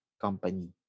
company